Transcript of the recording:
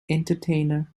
entertainer